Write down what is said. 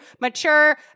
mature